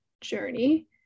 journey